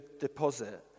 deposit